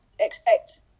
expect